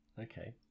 okay